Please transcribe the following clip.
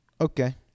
Okay